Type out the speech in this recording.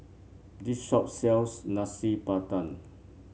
this shop sells Nasi Padang